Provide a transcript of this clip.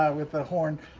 with the horn,